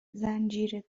زنجیره